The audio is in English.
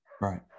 Right